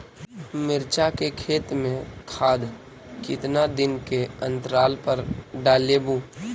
मिरचा के खेत मे खाद कितना दीन के अनतराल पर डालेबु?